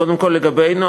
קודם כול, לגבינו.